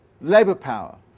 labour-power